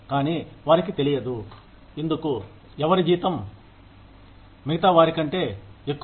కానీ వారికి తెలియదు ఎందుకు ఎవరి జీతం మిగతా వారి కంటే ఎక్కువ